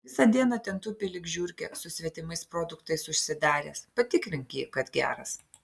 visą dieną ten tupi lyg žiurkė su svetimais produktais užsidaręs patikrink jį kad geras